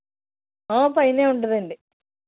పైన ఉంటుంది అండి